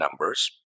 numbers